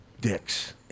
Dicks